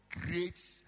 great